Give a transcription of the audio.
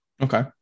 Okay